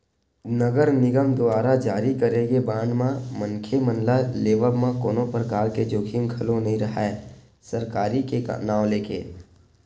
नगर निगम दुवारा जारी करे गे बांड म मनखे मन ल लेवब म कोनो परकार के जोखिम घलो नइ राहय सरकारी के नांव लेके